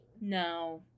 No